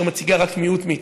אשר מציגה רק מיעוט מאיתנו,